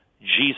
Jesus